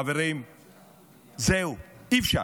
חברים, זהו, אי-אפשר.